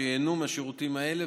שייהנו מהשירותים האלה,